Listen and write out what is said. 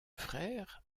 frère